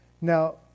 Now